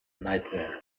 nightmare